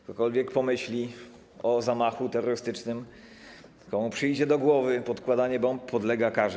Ktokolwiek pomyśli o zamachu terrorystycznym, komu przyjdzie do głowy podkładanie bomb, podlega karze.